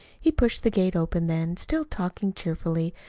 he pushed the gate open then, still talking cheerfully,